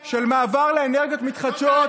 בתחום של מעבר לאנרגיות מתחדשות,